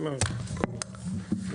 הישיבה ננעלה בשעה 13:38.